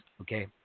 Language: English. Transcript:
Okay